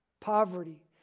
poverty